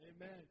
Amen